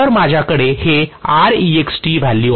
तर आपल्याकडे हे व्हॅल्यू आहे